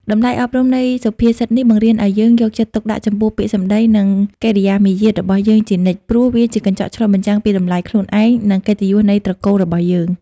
តម្លៃអប់រំនៃសុភាសិតនេះបង្រៀនឱ្យយើងយកចិត្តទុកដាក់ចំពោះពាក្យសម្ដី និងកិរិយាមារយាទរបស់យើងជានិច្ច ព្រោះវាជាកញ្ចក់ឆ្លុះបញ្ចាំងពីតម្លៃខ្លួនឯង និងកិត្តិយសនៃត្រកូលរបស់យើង។